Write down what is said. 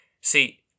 See